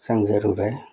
ꯆꯪꯖꯔꯨꯔꯦ